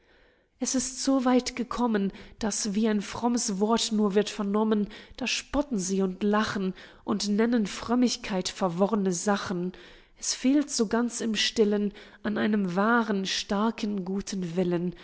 es ist so weit gekommen daß wie ein frommes wort nur wird vernommen da spotten sie und lachen und nennen frömmigkeit verworrne sachen es fehlt so ganz im stillen an einem wahren starken guten willen